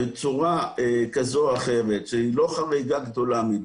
בצורה כזו או אחרת, שהיא לא חריגה גדולה מדי,